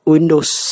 Windows